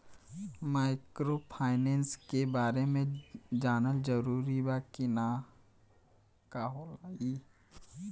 Microfinance के बारे में जानल जरूरी बा की का होला ई?